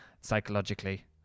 psychologically